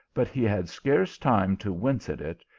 but he had scarce time to wince at it,